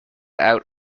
out